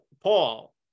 Paul